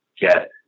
get